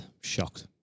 Shocked